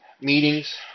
Meetings